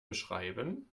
beschreiben